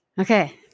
Okay